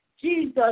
Jesus